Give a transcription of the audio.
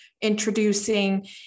introducing